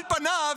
על פניו,